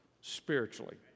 spiritually